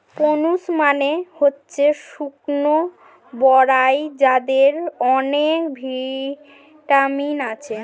prunes মানে হচ্ছে শুকনো বরাই যাতে অনেক ভিটামিন থাকে